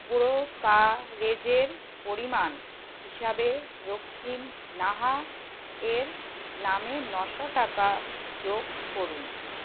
ব্রোকারেজের পরিমাণ হিসাবে রক্তিম নাহ এ নামে নশো টাকা যোগ করুন